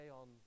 on